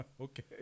Okay